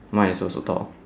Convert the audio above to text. mine is also tall